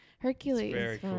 Hercules